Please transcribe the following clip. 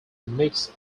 mix